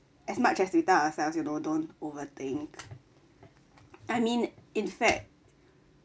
as much as we tell ourselves you know don't overthink I mean in fact